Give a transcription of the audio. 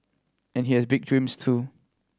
and he has big dreams too